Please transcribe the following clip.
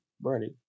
Bernie